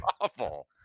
awful